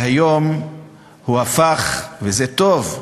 והיום הוא הפך, וזה טוב,